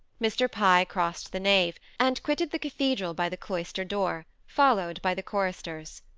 mr. pye crossed the nave, and quitted the cathedral by the cloister door, followed by the choristers.